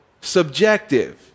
subjective